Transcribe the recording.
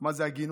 מה זה הגינות?